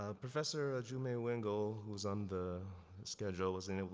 ah professor ah-joo-meh wingle, who was on the schedule wasn't able,